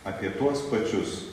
apie tuos pačius